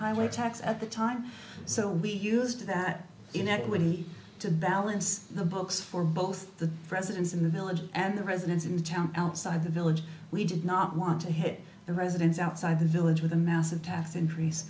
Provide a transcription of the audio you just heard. highway tax at the time so we used that in that we need to balance the books for both the residents in the village and the residents in the town outside the village we did not want to hit the residents outside the village with a massive tax increase